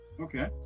Okay